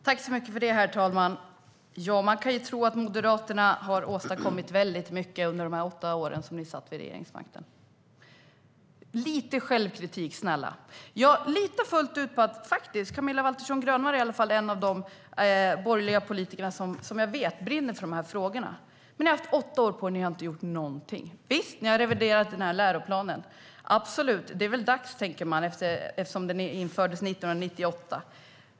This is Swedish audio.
Herr talman! Man kan ju tro att ni moderater åstadkom väldigt mycket under de åtta åren som ni satt vid regeringsmakten. Lite självkritik, snälla! Camilla Waltersson Grönvall är i alla fall en av de borgerliga politiker som jag vet brinner för de här frågorna. Men ni har haft åtta år på er och har inte gjort någonting. Visst, ni har reviderat läroplanen - absolut. Det var väl dags eftersom den infördes 1998.